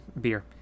beer